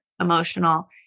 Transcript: emotional